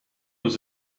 was